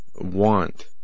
want